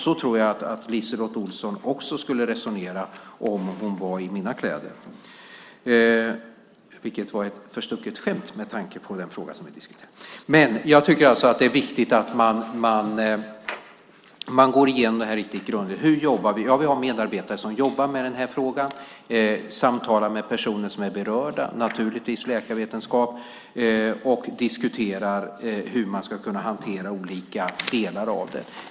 Så tror jag att LiseLotte Olsson också skulle resonera om hon var i mina kläder - vilket var ett förstucket skämt med tanke på den fråga som vi diskuterar. Jag tycker alltså att det är viktigt att man går igenom detta riktigt grundligt. Hur jobbar vi då? Jo, vi har medarbetare som jobbar med den här frågan, samtalar med personer som är berörda, med läkarvetenskapen, naturligtvis, och diskuterar hur man ska kunna hantera olika delar av det.